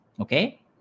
okay